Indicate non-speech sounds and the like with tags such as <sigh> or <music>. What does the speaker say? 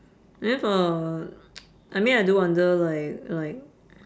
I mean for <noise> I mean I do wonder like like